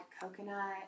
coconut